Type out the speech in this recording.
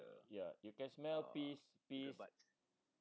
ya you can smell piss piss